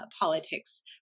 politics